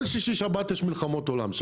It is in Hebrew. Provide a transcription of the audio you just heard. כל שישי-שבת יש שם מלחמות עולם.